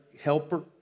helper